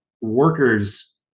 workers